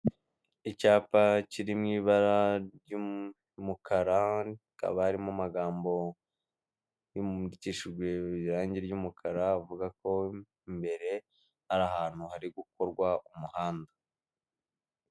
Icyapa kiri mu ibara ry'umukara hakaba harimo amagambo yandikishijwe irangi ry'umukara avuga ko imbere ari ahantu hari gukorwa umuhanda .